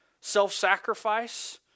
self-sacrifice